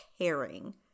caring